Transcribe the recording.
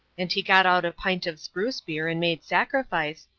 and he got out a pint of spruce-beer and made sacrifice,